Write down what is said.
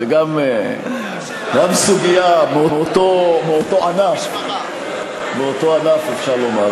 זאת גם סוגיה מאותו ענף, מאותו ענף, אפשר לומר.